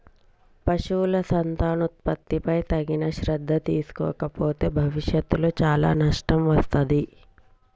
పశువుల సంతానోత్పత్తిపై తగిన శ్రద్ధ తీసుకోకపోతే భవిష్యత్తులో చాలా నష్టం వత్తాది